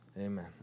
Amen